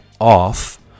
off